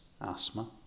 asthma